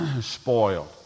spoiled